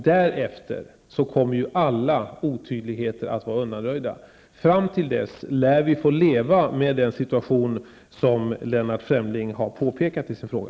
Därefter kommer ju alla otydligheter att vara undanröjda. Fram till dess lär vi får leva med den situation som Lennart Fremling har påpekat i sin fråga.